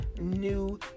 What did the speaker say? new